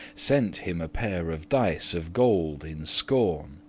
sent him a pair of dice of gold in scorn,